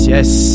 Yes